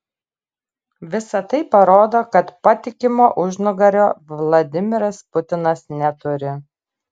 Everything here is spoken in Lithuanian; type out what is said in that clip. visa tai parodo kad patikimo užnugario vladimiras putinas neturi